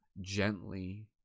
gently